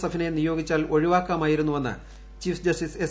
എഫിനെ നിയോഗിച്ചാൽ ഒഴിവാക്കാമായിരുന്നുവെന്ന് ജസ്റ്റിസ് എസ്